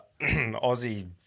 Aussie